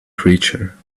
creature